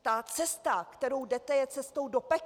Ta cesta, kterou jdete, je cestou do pekel!